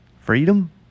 freedom